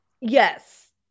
Yes